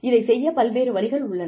இதைச் செய்ய பல்வேறு வழிகள் உள்ளன